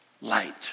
light